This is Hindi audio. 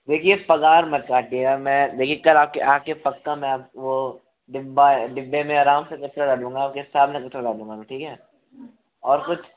देखिये पगार मत काटिएगा मैं देखिये कल आपके आके पक्का मैं आपको वो डिब्बा डिब्बे में आराम से कचरा डालूँगा आपके सामने कचरा डालूँगा ठीक है और कुछ